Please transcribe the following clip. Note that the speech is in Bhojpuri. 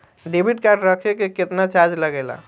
डेबिट कार्ड रखे के केतना चार्ज लगेला?